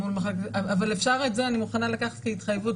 אבל את זה אני מוכנה לקחת כהתחייבות